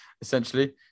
Essentially